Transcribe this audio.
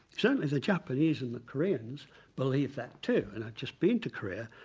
certainly the japanese and the koreans believe that too and i've just been to korea,